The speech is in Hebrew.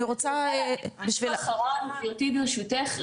דבר אחרון גברתי ברשותך,